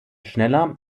schneller